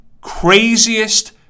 craziest